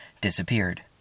disappeared